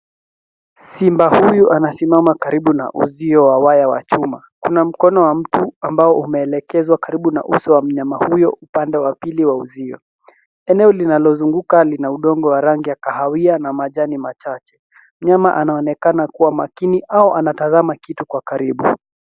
Simba huyu anasimama karibu na uzio wa waya wa chuma. Kuna mkono wa mtu ambao umeelekezwa karibu na uso wa mnyama huyo upande wa pili wa uzio. Eneo linalozunguka lina udongo wa rangi ya kahawia na majani machache. Mnyama anaonekana kuwa makini au anatazama kitu kwa karibu.